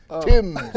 Tim